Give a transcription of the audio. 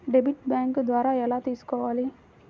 Debit bank ద్వారా ఎలా తీసుకోవాలి?